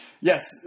yes